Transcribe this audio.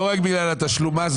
לא רק בגלל תשלום המס,